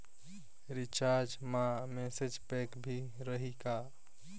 Recharge मा message pack भी रही का?